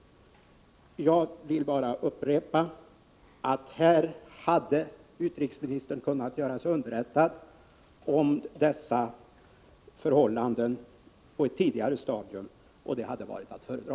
Jag vill bara upprepa: Hade utrikesministern kunnat göra sig underrättad om dessa förhållanden på ett tidigare stadium, hade det varit det bästa.